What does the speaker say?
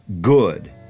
good